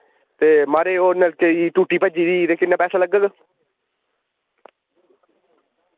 ते महाराज ओह् नलके गेदी टूटी भज्जी दी ते किन्ने पैसे लग्गग